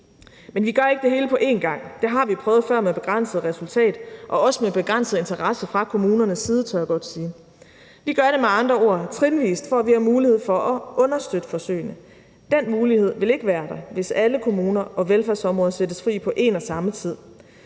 Men vi gør ikke det hele på én gang. Det har vi prøvet før med begrænset resultat og også med begrænset interesse fra kommunernes side, tør jeg godt sige. Vi gør det med andre ord trinvis, for at vi har mulighed for at understøtte forsøgene. Den mulighed vil ikke være der, hvis alle kommuner og velfærdsområder sættes fri på en og samme tid.